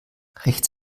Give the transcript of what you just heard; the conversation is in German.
rechts